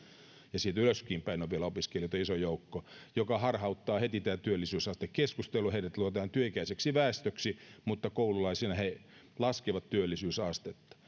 ja siitä ylöskin päin on vielä opiskelijoita iso joukko joka harhauttaa heti tämän työllisyysastekeskustelun heidät luokitellaan työikäiseksi väestöksi mutta koululaisina he laskevat työllisyysastetta